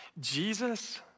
Jesus